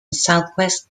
southeast